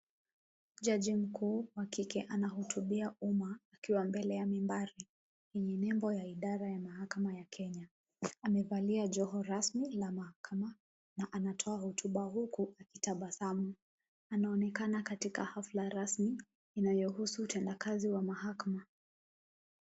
Jaji mkuu mwanamke anahutubia kenya akiwa mbele ya mimbari yenye nembo ya mahakama ya kenya. Amevalia joho rasmi ya mahakama na anatoa hotuba huku akitabasamu. Anaonekana katika hafla rasmi inayohusu utendakazi wa mahakama.